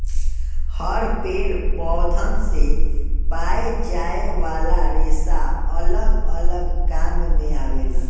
हर पेड़ पौधन से पाए जाये वाला रेसा अलग अलग काम मे आवेला